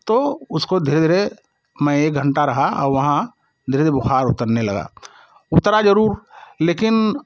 तो उसको धीरे धीरे मैं एक घंटा रहा और वहाँ धीरे धीरे बुखार उतरने लगा उतरा जरूर लेकिन